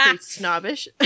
snobbish